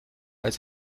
als